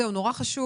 זהו, נורא חשוב.